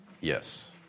yes